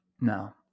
No